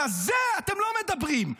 על זה אתם לא מדברים,